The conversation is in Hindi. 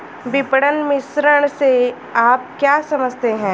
विपणन मिश्रण से आप क्या समझते हैं?